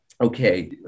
okay